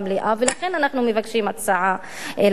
ולכן אנחנו מבקשים הצעה לסדר-היום.